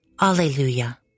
Alleluia